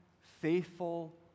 faithful